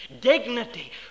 dignity